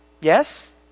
yes